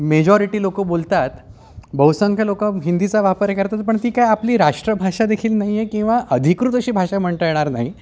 majority लोक बोलतात बहुसंख्य लोक हिंदीचा वापर करतात पण ती काय आपली राष्ट्रभाषादेखील नाही आहे किंवा अधिकृत अशी भाषा म्हणता येणार नाही